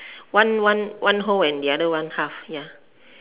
one one one whole and the other one half